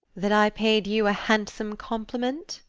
that i paid you a handsome compliment?